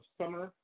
summer